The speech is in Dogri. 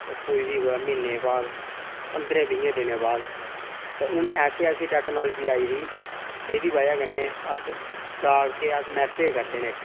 ओह् पुजदी ही कुदै म्हीने बाद पंदरें बीहें दिनें बाद ते हून ऐसी ऐसी टैक्नालजी आई एदी जेह्दी बजह् कन्नै अस डाक केह् अस मैसेज